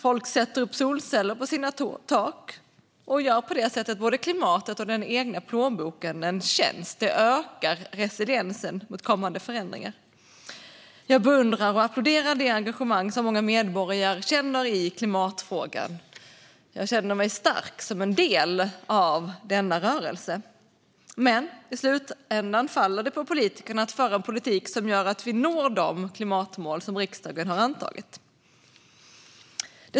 Folk sätter upp solceller på sina tak och gör på det sättet både klimatet och den egna plånboken en tjänst. Det ökar resiliensen när det gäller kommande förändringar. Jag beundrar och applåderar det engagemang som många medborgare känner i klimatfrågan. Jag känner mig stark som är en del av denna rörelse. Men i slutänden faller det på politikerna att föra en politik som gör att vi når de klimatmål som riksdagen har antagit.